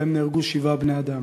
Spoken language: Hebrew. ובהן נהרגו שבעה בני-אדם.